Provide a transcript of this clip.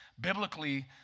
Biblically